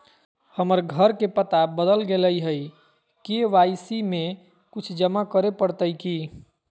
हमर घर के पता बदल गेलई हई, के.वाई.सी में कुछ जमा करे पड़तई की?